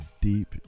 deep